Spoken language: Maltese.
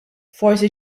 forsi